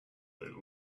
they